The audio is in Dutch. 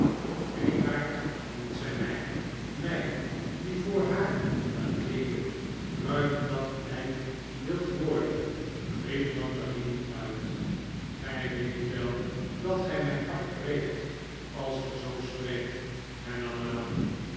wreedaard noemt zij mij mij die voor haar een leelijk druipnat lijk wil worden riep mantalini uit gij weet wel dat gij mijn hart breekt als gij zoo spreekt hernam madame